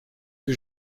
que